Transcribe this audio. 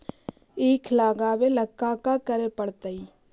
ईख लगावे ला का का करे पड़तैई?